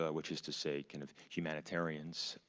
ah which is to say, kind of humanitarians,